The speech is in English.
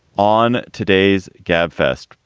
on today's gabfest,